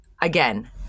Again